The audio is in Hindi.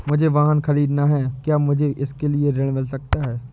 मुझे वाहन ख़रीदना है क्या मुझे इसके लिए ऋण मिल सकता है?